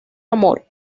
amor